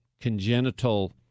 congenital